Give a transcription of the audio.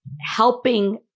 helping